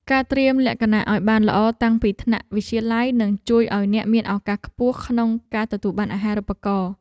ការត្រៀមលក្ខណៈឱ្យបានល្អតាំងពីថ្នាក់វិទ្យាល័យនឹងជួយឱ្យអ្នកមានឱកាសខ្ពស់ក្នុងការទទួលបានអាហារូបករណ៍។